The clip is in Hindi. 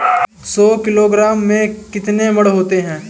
सौ किलोग्राम में कितने मण होते हैं?